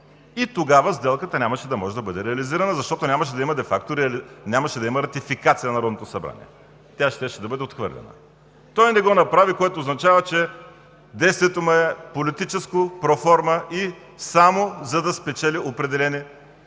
Тогава сделката нямаше да може да бъде реализирана, защото нямаше да има ратификация на Народното събрание. Тя щеше да бъде отхвърлена. Той не го направи, което означава, че действието му е политическо, проформа и само за да спечели определени